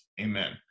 Amen